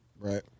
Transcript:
Right